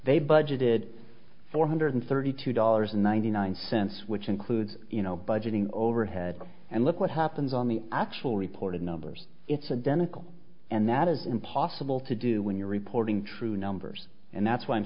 they budgeted four hundred thirty two dollars ninety nine cents which includes you know budgeting overhead and look what happens on the actual reported numbers it's a democrat and that is impossible to do when you're reporting true numbers and that's why i'm